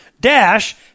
Dash